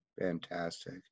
Fantastic